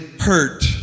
hurt